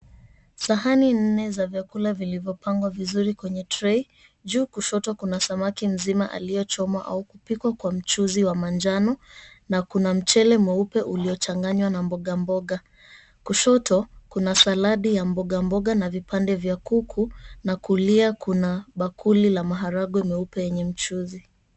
Sahani nnezenye vyakula vilivyopangwa vizuri kwenye trei juu kushoto kuna samaki mzima alichomwa au kupikwa kwa mchuzi wa supu ya manjano na kuna mchele mweupe uliochanganywa na mboga mboga kushoto kuna saladi ya mboga mboga na vipande vya kuku na kulia kuna bakuli la maharagwe nyeupe yenye mchuzi.